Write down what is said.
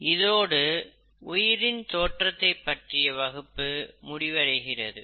இதோடு உயிரின் தோற்றத்தை பற்றியவகுப்பு முடிவடைகிறது